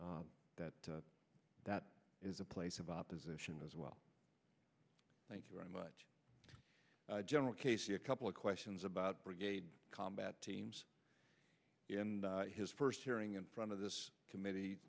that that is a place of opposition as well thank you very much general casey a couple of questions about brigade combat teams and his first hearing in front of this committee